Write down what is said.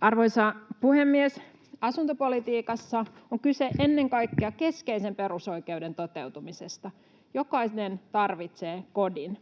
Arvoisa puhemies! Asuntopolitiikassa on kyse ennen kaikkea keskeisen perusoikeuden toteutumisesta: jokainen tarvitsee kodin.